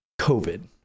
covid